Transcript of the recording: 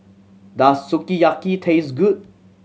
does Sukiyaki taste good